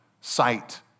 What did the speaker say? sight